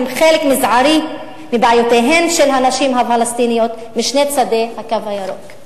הן חלק מזערי מבעיותיהן של הנשים הפלסטיניות משני צדי "הקו הירוק".